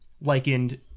likened